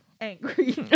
angry